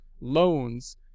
loans